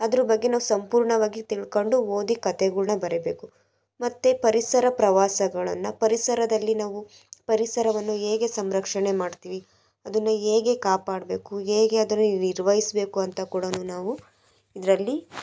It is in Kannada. ಅದರ ಬಗ್ಗೆ ನಾವು ಸಂಪೂರ್ಣವಾಗಿ ತಿಳ್ಕೋಂಡು ಓದಿ ಕಥೆಗಳ್ನ ಬರಿಬೇಕು ಮತ್ತು ಪರಿಸರ ಪ್ರವಾಸಗಳನ್ನು ಪರಿಸರದಲ್ಲಿ ನಾವು ಪರಿಸರವನ್ನು ಹೇಗೆ ಸಂರಕ್ಷಣೆ ಮಾಡ್ತೀವಿ ಅದನ್ನು ಹೇಗೆ ಕಾಪಾಡಬೇಕು ಹೇಗೆ ಅದರ ನಿರ್ವಹಿಸ್ಬೇಕು ಅಂತ ಕೂಡ ನಾವು ಇದರಲ್ಲಿ